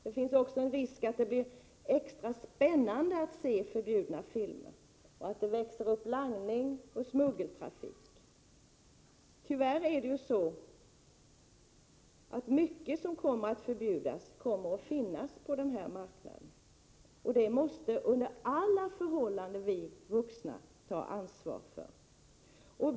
Det finns också en risk att det blir extra spännande att se förbjudna filmer och att det växer upp langning och smuggeltrafik. Mycket av det som blir förbjudet kommer tyvärr att finnas på den här marknaden, och det måste under alla förhållanden vi vuxna ta ansvar för.